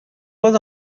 was